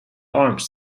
arms